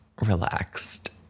relaxed